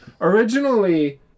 Originally